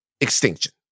extinction